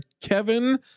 Kevin